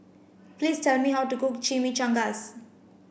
please tell me how to cook Chimichangas